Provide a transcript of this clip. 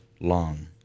long